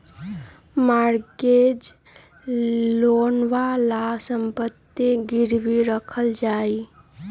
mortgage लोनवा ला सम्पत्ति गिरवी रखल जाहई